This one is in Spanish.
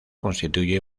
constituye